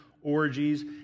orgies